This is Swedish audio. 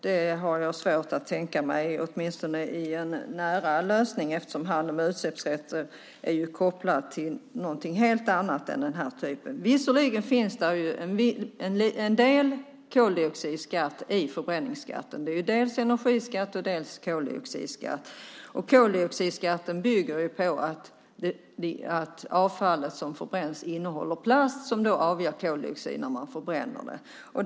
Jag har svårt att tänka mig detta som en nära lösning, eftersom handeln med utsläppsrätter är kopplad till något helt annat. Visserligen finns det en del koldioxidskatt i förbränningsskatten. Det är dels energiskatt, dels koldioxidskatt. Koldioxidskatten bygger på att avfallet som förbränns innehåller plast som avger koldioxid när man förbränner det.